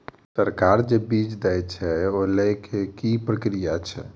सरकार जे बीज देय छै ओ लय केँ की प्रक्रिया छै?